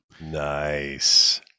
Nice